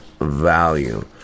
value